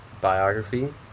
biography